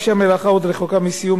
אף שהמלאכה עוד רחוקה מסיום,